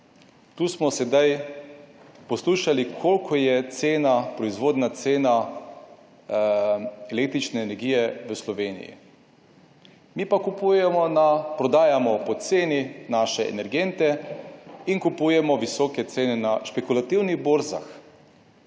Tu smo sedaj poslušali koliko je cena, proizvodna cena električne energije v Sloveniji. Mi na prodajamo po ceni naše energente in kupujemo visoke cene na špekulativnih borzah.